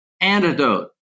Antidote